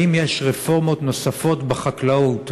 האם יש רפורמות נוספות בחקלאות,